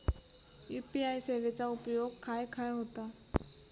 UPI सेवेचा उपयोग खाय खाय होता?